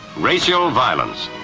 racial violence.